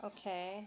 Okay